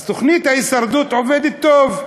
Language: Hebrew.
אז תוכנית ההישרדות עובדת טוב.